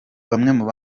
bora